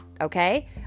okay